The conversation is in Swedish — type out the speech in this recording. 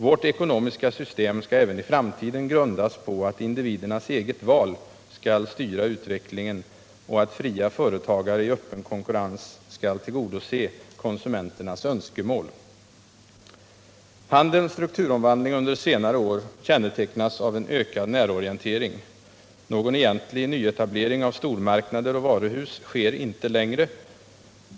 Vårt ekonomiska system skall även i framtiden grundas på att individernas eget val skall styra utvecklingen och att fria företagare i öppen konkurrens skall tillgodose konsumenternas önskemål. Handelns strukturomvandling under senare år kännetecknas av en ökad närorientering. Någon egentlig nyetablering av stormarknader och varuhus sker inte längre.